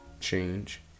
change